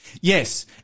Yes